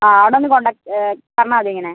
ആ അവിടെ ഒന്ന് കോണ്ടാക്ട് പറഞ്ഞാൽ മതിയോ ഇങ്ങനെ